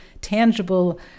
tangible